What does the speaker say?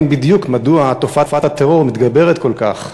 בדיוק מדוע תופעת הטרור מתגברת כל כך: